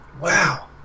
Wow